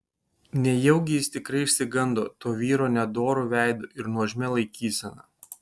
nejaugi jis tikrai išsigando to vyro nedoru veidu ir nuožmia laikysena